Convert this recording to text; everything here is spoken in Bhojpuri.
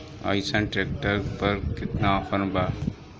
अइसन ट्रैक्टर पर केतना ऑफर बा?